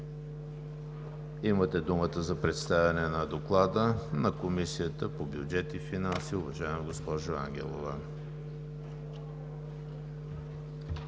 Имате думата за представяне на Доклада на Комисията по бюджет и финанси, уважаема госпожо Ангелова.